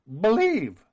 believe